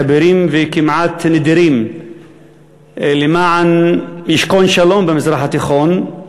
כבירים וכמעט נדירים למען ישכון שלום במזרח התיכון,